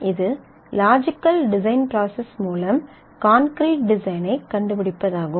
இது logical design process மூலம் concrete design ஐக் கண்டுபிடிப்பதாகும்